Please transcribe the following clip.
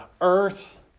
earth